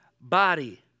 body